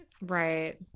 Right